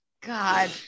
God